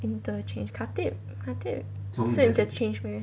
interchange khatib khatib 是 interchange meh